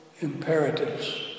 imperatives